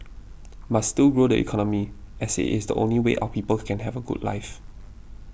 must still grow the economy as it is the only way our people can have a good life